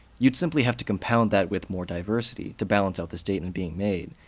you'd simply have to compound that with more diversity, to balance out the statement being made.